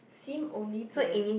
Sim only plan